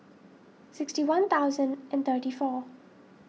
sixty one thousand and thirty four